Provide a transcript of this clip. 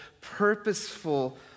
purposeful